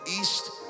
East